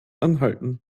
anhalten